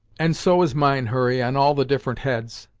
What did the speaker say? and so is mine, hurry, on all the different heads,